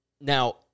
Now